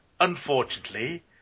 Unfortunately